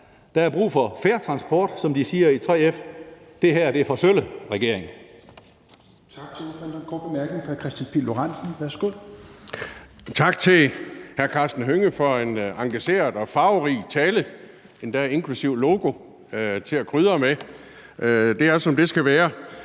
Der er brug for en fair transport, som de siger i 3F. Det her er for sølle, regering.